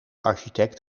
architect